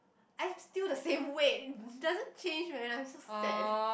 I'm still the same weight it doesn't change man I'm so sad